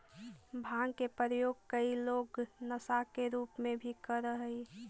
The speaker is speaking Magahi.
भाँग के प्रयोग कई लोग नशा के रूप में भी करऽ हई